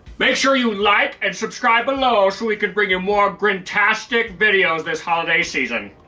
make sure you like and subscribe below so we can bring you more grinch-tastic videos this holiday season.